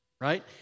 Right